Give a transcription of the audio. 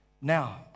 Now